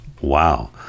Wow